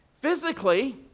Physically